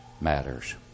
matters